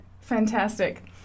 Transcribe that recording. fantastic